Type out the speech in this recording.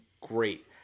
great